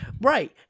Right